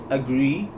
agree